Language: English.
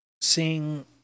seeing